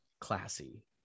classy